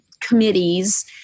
committees